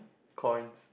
coins